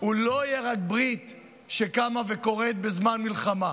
ולא תהיה רק ברית שקמה וקורית בזמן מלחמה,